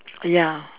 ya